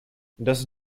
das